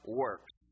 works